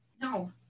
No